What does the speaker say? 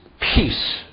peace